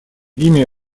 ими